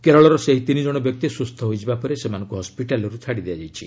କେରଳର ସେହି ତିନି ଜଣ ବ୍ୟକ୍ତି ସୁସ୍ଥ ହେବା ପରେ ସେମାନଙ୍କୁ ହୱିଟାଲରୁ ଛାଡ଼ି ଦିଆଯାଇଛି